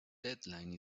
deadline